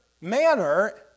manner